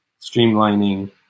streamlining